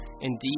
indeed